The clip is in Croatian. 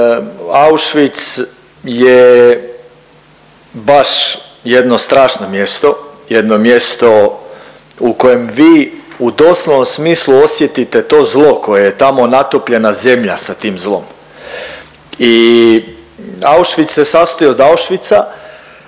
Auschwitz je baš jedno strašno mjesto, jedno mjesto u kojem vi u doslovnom smislu osjetite to zlo koje je tamo natopljena zemlja sa tim zlom. I Auschwitz se sastoji od Auschwitza,